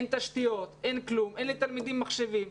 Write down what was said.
אין תשתיות, אין לתלמידים מחשבים.